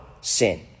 sin